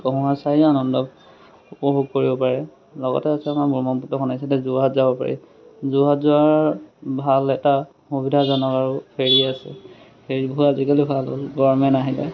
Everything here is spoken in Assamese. কঁহুৱা চাইও আনন্দ উপভোগ কৰিব পাৰে লগতে আছে আমাৰ ব্ৰহ্মপুত্ৰখন সেই চাইদে যোৰহাট যাব পাৰি যোৰহাট যোৱাৰ ভাল এটা সুবিধাজনক আৰু ফেৰী আছে ফেৰীবোৰ আজিকালি ভাল হ'ল গৰমেণ্ট আহিলে